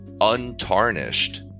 untarnished